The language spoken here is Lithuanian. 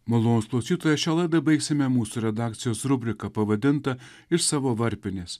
malonūs klausytojai šią laidą baigsime mūsų redakcijos rubrika pavadinta iš savo varpinės